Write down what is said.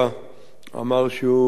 אמר שהוא מעריך